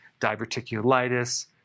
diverticulitis